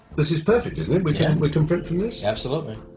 this is perfect, isn't it? we can we can print from this? absolutely.